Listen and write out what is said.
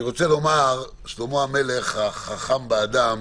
שלמה המלך החכם באדם